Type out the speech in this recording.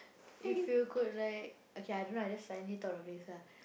if you could like okay I don't know I just suddenly thought of this ah